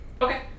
Okay